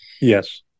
Yes